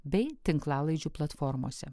bei tinklalaidžių platformose